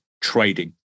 trading